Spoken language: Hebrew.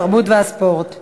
התרבות והספורט נתקבלה.